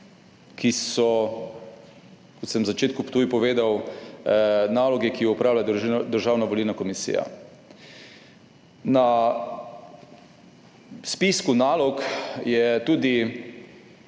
ki so, kot sem na začetku povedal, naloge, ki jo opravlja Državna volilna komisija. Na spisku nalog je tudi,